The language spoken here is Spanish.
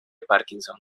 parkinson